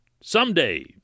someday